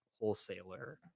wholesaler